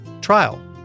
trial